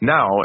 Now